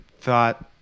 thought